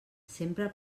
sempre